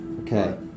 Okay